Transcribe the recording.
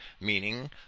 meaning